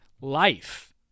life